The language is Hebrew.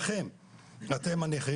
לכם הנכים